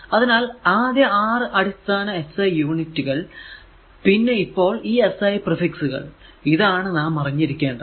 അതിനാൽ ആദ്യ 6 അടിസ്ഥാന SI യൂണിറ്റുകൾ പിന്നെ ഇപ്പോൾ ഈ SI പ്രിഫിക്സ് കൾ ഇതാണ് നാം അറിഞ്ഞിരിക്കേണ്ടത്